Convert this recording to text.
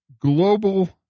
global